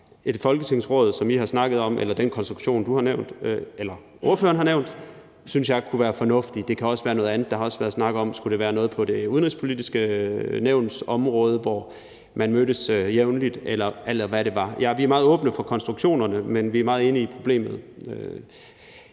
Et folketingsråd, som I har snakket om, eller den konstruktion, ordføreren har nævnt, synes jeg kunne være fornuftig. Det kan også være noget andet. Der har været snak om, om det skulle være noget på Det Udenrigspolitiske Nævns område, hvor man mødtes jævnligt, eller hvad det var. Ja, vi er meget åbne for konstruktionerne, og vi er meget enige i problemet.